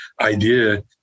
idea